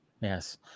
Yes